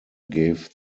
gave